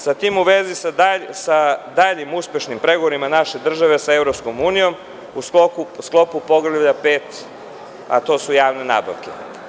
Sa tim u vezi, sa daljim uspešnim pregovorima naše države sa EU u sklopu poglavlja 5 a to su javne nabavke.